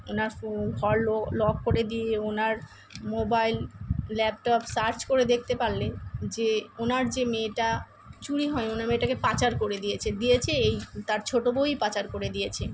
ওনার ফউ ঘর লো লক করে দিয়ে ওনার মোবাইল ল্যাপটপ সার্চ করে দেখতে পারলে যে ওনার যে মেয়েটা চুরি হয়নি ওনার মেয়েটাকে পাচার করে দিয়েছে দিয়েছে এই তার ছোট বউই পাচার করে দিয়েছে